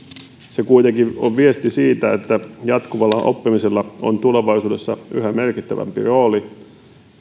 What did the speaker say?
se kuitenkin on viesti siitä että jatkuvalla oppimisella on tulevaisuudessa yhä merkittävämpi rooli